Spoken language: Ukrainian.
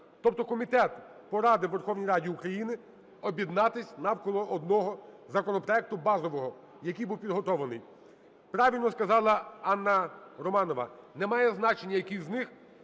Тобто комітет порадив Верховній Раді України об'єднатися навколо одного законопроекту базового, який був підготовлений. Правильно сказала Анна Романова: немає значення, який з них.